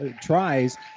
tries